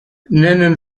nennen